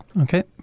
Okay